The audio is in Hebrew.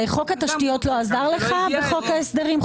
חוק התשתיות הגדול לא עזר לכם בחוק ההסדרים?